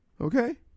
Okay